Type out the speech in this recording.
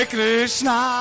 Krishna